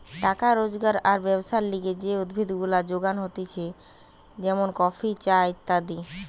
টাকা রোজগার আর ব্যবসার লিগে যে উদ্ভিদ গুলা যোগান হতিছে যেমন কফি, চা ইত্যাদি